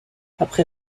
après